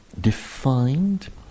defined